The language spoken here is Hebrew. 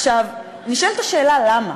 נשאלת השאלה למה,